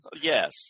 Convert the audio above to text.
Yes